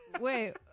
wait